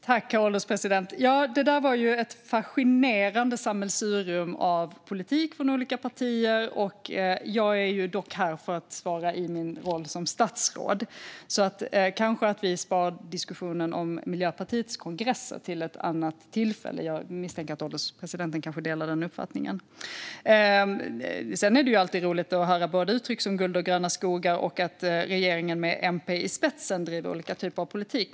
Herr ålderspresident! Det där var ett fascinerande sammelsurium av politik från olika partier. Jag är dock här för att svara i min roll som statsråd, så vi kanske sparar diskussionen om Miljöpartiets kongress till ett annat tillfälle. Jag misstänker att ålderspresidenten kanske delar den uppfattningen. Sedan är det alltid roligt att höra både uttryck som "guld och gröna skogar" och att regeringen med MP i spetsen driver olika typer av politik.